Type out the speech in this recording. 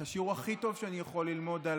את השיעור הכי טוב שאני יכול ללמוד על